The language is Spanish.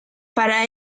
para